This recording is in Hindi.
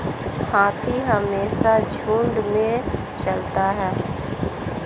हाथी हमेशा झुंड में चलता है